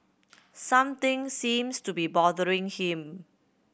something seems to be bothering him